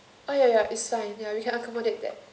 orh ya ya is signed ya you can't accommodate that